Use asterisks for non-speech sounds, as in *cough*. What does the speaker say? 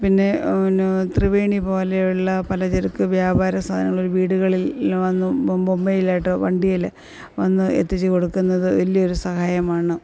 പിന്നെ *unintelligible* ത്രിവേണി പോലെയുള്ള പല ചരക്ക് വ്യാപാര സ്ഥാപനങ്ങൾ വീടുകളിൽ വന്നും മൊബൈലായിട്ട് വണ്ടിയിൽ വന്ന് എത്തിച്ച് കൊടുക്കുന്നത് വലിയൊരു സഹായമാണ്